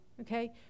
Okay